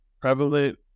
prevalent